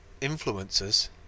influencers